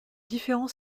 différents